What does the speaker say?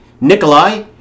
Nikolai